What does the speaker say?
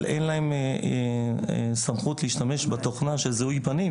אבל אין להן סמכות להשתמש בתוכנה של זיהוי פנים,